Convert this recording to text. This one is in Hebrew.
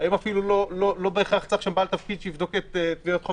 אפילו לא בהכרח צריך שם בעל תפקיד שיבדוק את תביעת החוב